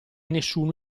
nessuno